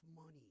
money